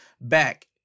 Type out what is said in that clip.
back